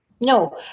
no